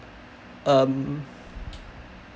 um